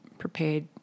prepared